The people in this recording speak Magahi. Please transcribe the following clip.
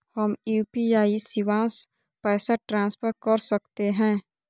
हम यू.पी.आई शिवांश पैसा ट्रांसफर कर सकते हैं?